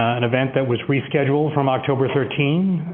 an event that was from october thirteen,